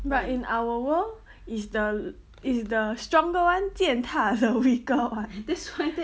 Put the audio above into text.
but in our world is the is the stronger one 践踏 the weaker one